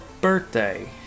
birthday